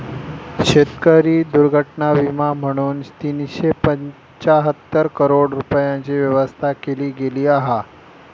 शेतकरी दुर्घटना विमा म्हणून तीनशे पंचाहत्तर करोड रूपयांची व्यवस्था केली गेली हा